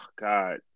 God